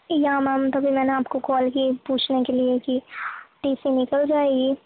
یا میم تبھی میں نے آپ کو کال کی پوچھنے کے لیے کہ ٹی سی نکل جائے گی